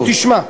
לא, עכשיו תשמע.